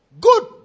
Good